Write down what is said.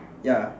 ya